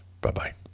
Bye-bye